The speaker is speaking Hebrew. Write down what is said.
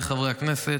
חבריי חברי הכנסת,